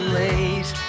late